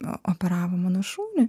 operavo mano šunį